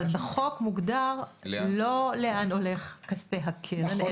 אבל בחוק מוגדר לא לאן הולכים כספי הקרן,